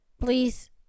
please